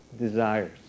desires